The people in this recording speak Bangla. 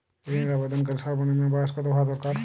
ঋণের আবেদনকারী সর্বনিন্ম বয়স কতো হওয়া দরকার?